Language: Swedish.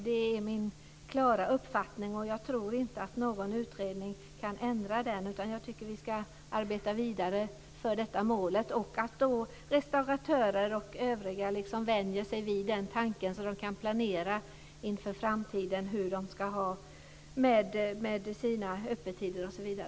Det är min klara uppfattning, och jag tror inte att någon utredning kan ändra den. Jag tycker att vi ska arbeta vidare för detta mål och att restauratörer och andra ska vänja sig vid den tanken så att de kan planera inför framtiden för hur de ska ha det med sina öppettider.